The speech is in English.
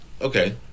Okay